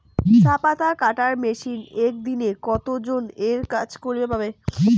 চা পাতা কাটার মেশিন এক দিনে কতজন এর কাজ করিবার পারে?